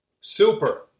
Super